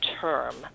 term